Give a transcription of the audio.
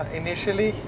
initially